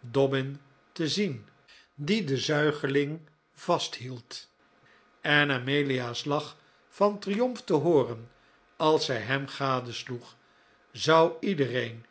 dobbin te zien die den zuigeling vasthield en amelia's lach van triomf te hooren als zij hem gadesloeg zou iedereen